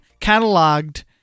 cataloged